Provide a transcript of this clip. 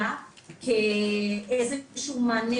ואיזשהו מענה